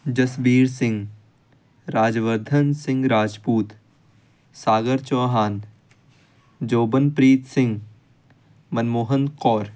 Jasbir Singh Rajvardhan Singh Rajput Sagar Chauhan Jobanpreet Singh Manmohan Kaur